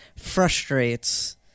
frustrates